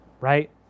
right